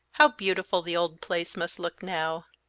how beautiful the old place must look now!